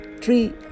Three